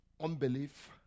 unbelief